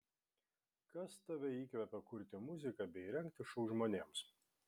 kas tave įkvepia kurti muziką bei rengti šou žmonėms